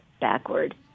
backward